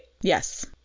Yes